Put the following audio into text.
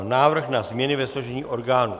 Návrh na změny ve složení orgánů